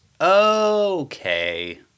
Okay